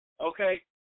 okay